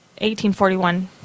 1841